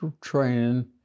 training